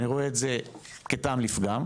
אני רואה את זה כטעם לפגם.